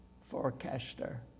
forecaster